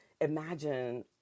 imagine